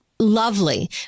Lovely